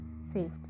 saved